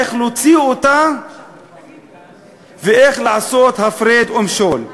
איך להוציא אותה ואיך לעשות הפרד ומשול.